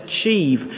achieve